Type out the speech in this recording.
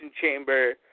Chamber